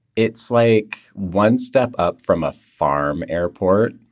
it's like one step up from a farm airport,